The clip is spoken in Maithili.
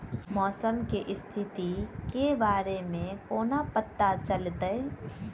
मौसम केँ स्थिति केँ बारे मे कोना पत्ता चलितै?